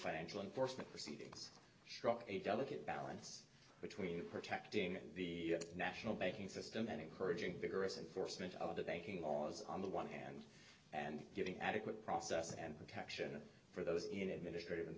financial unfortunate proceed schrock a delicate balance between protecting the national banking system and encouraging vigorous enforcement of the banking laws on the one hand and getting adequate process and protection for those in administrati